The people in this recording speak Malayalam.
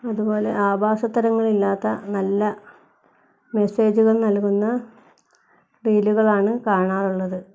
അതുപോലെ ആപാസത്തരങ്ങളില്ലാത്ത നല്ല മെസ്സേജുകൾ നൽകുന്ന റീലുകളാണ് കാണാറുള്ളത്